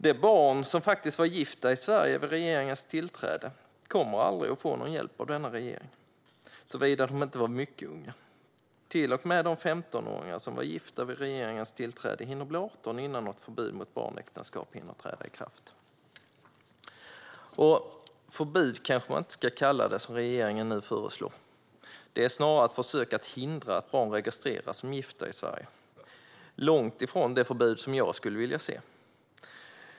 De barn som faktiskt var gifta i Sverige vid regeringens tillträde kommer aldrig att få någon hjälp av denna regering - såvida de inte var mycket unga. Till och med de 15-åringar som var gifta vid regeringens tillträde hinner bli 18 innan något förbud mot barnäktenskap hinner träda i kraft. "Förbud" kanske man inte heller ska kalla det som regeringen nu föreslår; det är snarare ett försök att hindra att barn registreras som gifta i Sverige. Det är långt ifrån det förbud jag skulle vilja se.